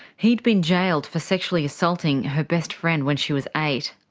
he'd been jailed for sexually assaulting her best friend when she was eight.